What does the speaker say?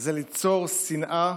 זה ליצור שנאה,